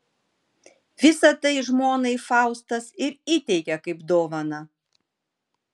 visa tai žmonai faustas ir įteikė kaip dovaną